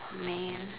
man